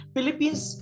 Philippines